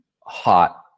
hot